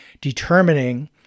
determining